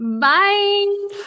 Bye